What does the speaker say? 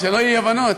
שלא יהיו אי-הבנות.